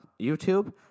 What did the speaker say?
YouTube